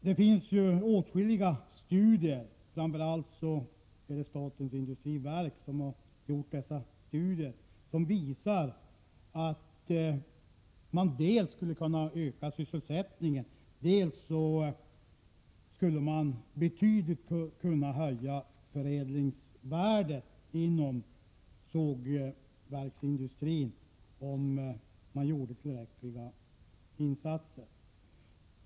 Det finns åtskilliga studier — framför allt har statens industriverk gjort sådana studier — som visar att man skulle kunna dels öka sysselsättningen, dels betydligt höja förädlingsvärdet inom sågverksindustrin om man gjorde tillräckliga insatser.